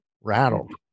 rattled